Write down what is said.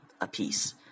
apiece